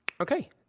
Okay